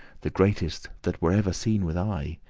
the greatest that were ever seen with eye.